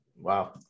wow